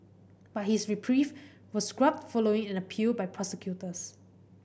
but his reprieve was scrubbed following an appeal by prosecutors